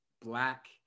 black